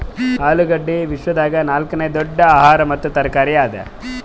ಆಲೂಗಡ್ಡಿ ವಿಶ್ವದಾಗ್ ನಾಲ್ಕನೇ ದೊಡ್ಡ ಆಹಾರ ಮತ್ತ ತರಕಾರಿ ಅದಾ